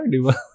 right